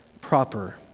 proper